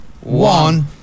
one